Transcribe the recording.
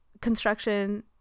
construction